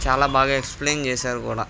చాలా బాగా ఎక్సప్లయిన్ చేశారు కూడా